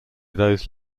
those